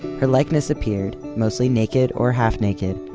her likeness appeared mostly naked or half naked,